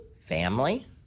Family